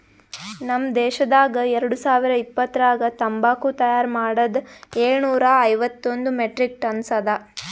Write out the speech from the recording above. ನಮ್ ದೇಶದಾಗ್ ಎರಡು ಸಾವಿರ ಇಪ್ಪತ್ತರಾಗ ತಂಬಾಕು ತೈಯಾರ್ ಮಾಡದ್ ಏಳು ನೂರಾ ಅರವತ್ತೊಂದು ಮೆಟ್ರಿಕ್ ಟನ್ಸ್ ಅದಾ